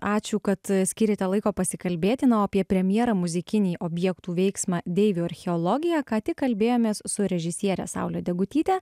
ačiū kad skyrėte laiko pasikalbėti na o apie premjerą muzikinį objektų veiksmą deivių archeologija ką tik kalbėjomės su režisiere saule degutyte